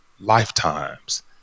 lifetimes